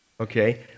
okay